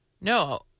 No